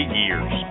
years